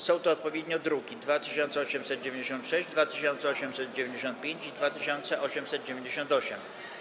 Są to odpowiednio druki nr 2896, 2895 i 2898.